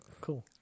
cool